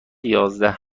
یازده